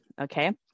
okay